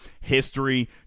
history